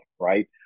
right